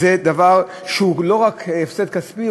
זה דבר שהוא לא רק הפסד כספי,